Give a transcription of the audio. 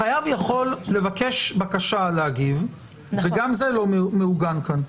החייב יכול לבקש להגיב וגם זה לא מעוגן כאן.